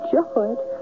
George